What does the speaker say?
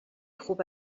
خوب